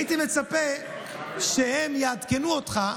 הייתי מצפה שהם יעדכנו אותך,